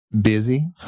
busy